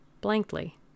blankly